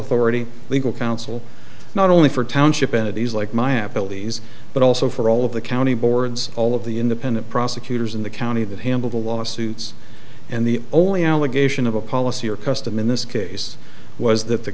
authority legal counsel not only for township entities like my applebee's but also for all of the county boards all of the independent prosecutors in the county that handle the lawsuits and the only allegation of a policy or custom in this case was that the